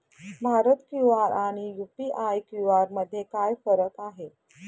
Bharat QR आणि UPI QR मध्ये काय फरक आहे?